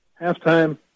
halftime